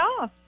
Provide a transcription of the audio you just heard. off